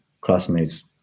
classmates